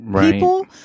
people